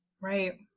right